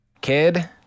kid